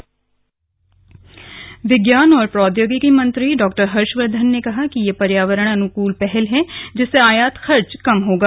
उड़ान जारी विज्ञान और प्रौद्योगिकी मंत्री डॉक्टर हर्षवर्धन ने कहा कि यह पर्यावरण अनुकृल पहल है जिससे आयात खर्च कम होगा